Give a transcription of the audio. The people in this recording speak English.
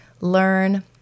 learn